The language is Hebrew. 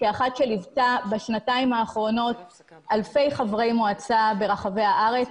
כאחת שליוותה בשנתיים האחרונות אלפי חברי מועצה ברחבי הארץ,